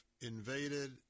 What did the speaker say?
invaded